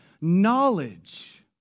knowledge